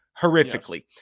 horrifically